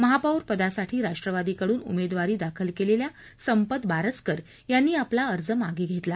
महापौर पदासाठी राष्ट्रवादीकडून उमेदवारी दाखल केलेल्या संपत बारस्कर यांनी आपला अर्ज मागे घेतला